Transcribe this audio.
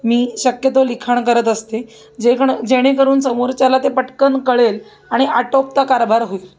मी शक्यतो लिखण करत असते जेकण जेणेकरून समोरच्याला ते पटकन कळेल आणि आटोपता कारभार होईल